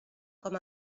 com